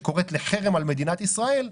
שקוראת לחרם על מדינת ישראל,